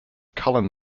cullen